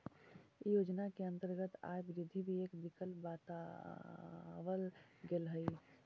इ योजना के अंतर्गत आय वृद्धि भी एक विकल्प बतावल गेल हई